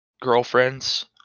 girlfriends